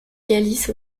galice